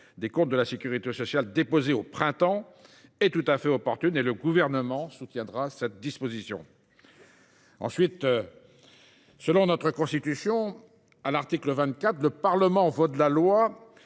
des comptes de la sécurité sociale déposé au printemps, est tout à fait opportune, et le Gouvernement soutiendra cette disposition. » L’article 24 de notre Constitution dispose :« Le Parlement vote la loi.